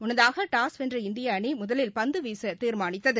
முன்னதாகடாஸ் வென்ற இந்தியஅணிமுதலில் பந்துவீசதீர்மானித்தது